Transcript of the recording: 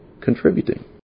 contributing